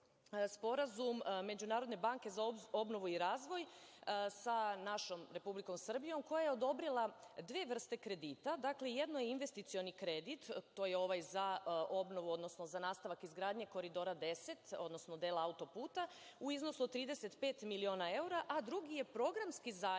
sporazum Međunarodne banke za obnovu i razvoj sa našom Republikom Srbijom, koja je odobrila dve vrste kredita. Dakle jedno je investicioni kredit to je ovaj za obnovu, odnosno za nastavak izgradnje Koridora 10, odnosno dela autoputa u iznosu od 35 miliona evra, a drugi je programski zajam,